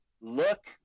look